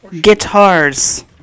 Guitars